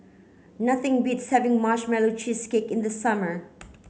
nothing beats having marshmallow cheesecake in the summer